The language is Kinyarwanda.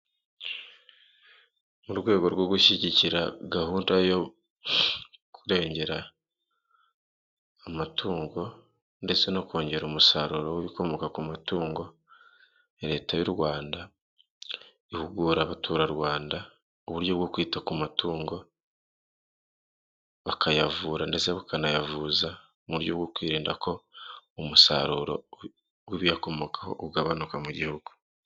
Mu rwego rwo gushyigikira gahunda yo kurengera amatungo ndetse no kongera umusaruro w'ibikomoka ku matungo, leta y'u Rwanda ihugura abaturarwanda uburyo bwo kwita ku mutungo bakayavura ndetse bukanayavuza mu buryo bwo kwirinda ko umusaruro w'ibiyakomokaho ugabanuka mu gihugu.